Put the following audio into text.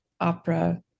opera